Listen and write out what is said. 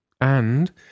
and